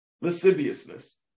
lasciviousness